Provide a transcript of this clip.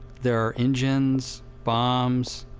there are engines, bombs,